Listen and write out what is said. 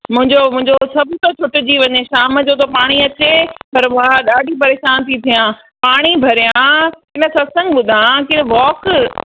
मुंहिंजो मुंहिंजो कम थो छुटिजी वञे शाम जो थो पाणी अचे पर मां ॾाढी परेशान थी थियां पाणी भरियां कि न सत्संग ॿुधा कि न वॉक